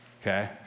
Okay